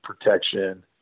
protection